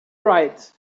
right